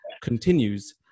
continues